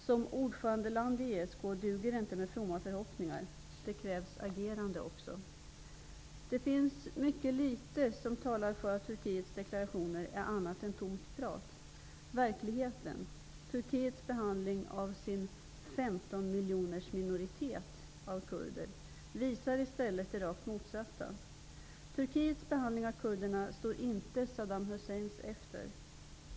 Såsom ordförandeland i ESK duger det inte med fromma förhoppningar, utan det krävs även ett agerande. Det finns mycket litet som tyder på att Turkiets deklarationer är annat än tomt prat. Verkligheten med Turkiets behandling av den kurdiska minoriteten på 15 miljoner människor pekar i stället på det rakt motsatta. Turkiets behandling av kurderna står inte Saddam Husseins efter.